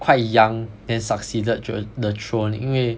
quite young then succeeded to the throne 因为